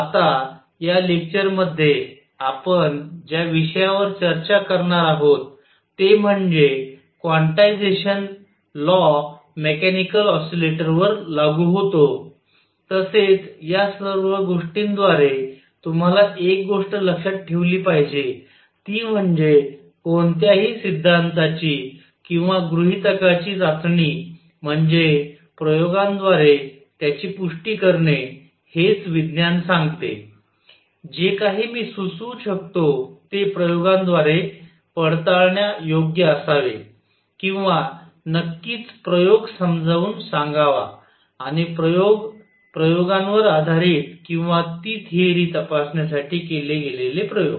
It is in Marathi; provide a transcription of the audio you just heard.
आता या लेक्चर मध्ये आपण ज्या विषयावर चर्चा करणार आहोत ते म्हणजे क्वांटायझजेशन लॉ मेकॅनिकल ऑसिलेटरवर लागू होतो तसेच या सर्व गोष्टींद्वारे तुम्ही एक गोष्ट लक्षात ठेवली पाहिजे ती म्हणजे कोणत्याही सिद्धांताची किंवा गृहितकाची चाचणी म्हणजे प्रयोगांद्वारे त्याची पुष्टी करणे हेच विज्ञान सांगते जे काही मी सुचवू शकतो ते प्रयोगांद्वारे पडताळण्यायोग्य असावे किंवा नक्कीच प्रयोग समजावून सांगावा आणि प्रयोग प्रयोगावर आधारित किंवा ती थेअरी तपासण्यासाठी केले गेलेले प्रयोग